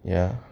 ya